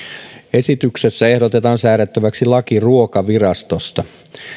esityksessä ehdotetaan säädettäväksi laki ruokavirastosta